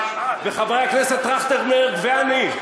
וחברי הכנסת טרכטנברג ואני,